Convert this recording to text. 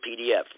PDF